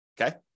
okay